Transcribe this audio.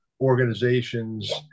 organizations